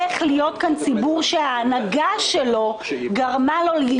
יהיה ציבור שההנהגה שלו גורמת לו לאי